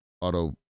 auto